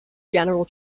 general